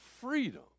freedom